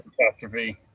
catastrophe